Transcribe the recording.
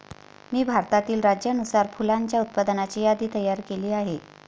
मी भारतातील राज्यानुसार फुलांच्या उत्पादनाची यादी तयार केली आहे